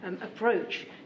approach